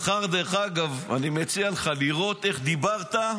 דרך אגב, אני מציע לך לראות איך דיברת,